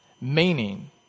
Meaning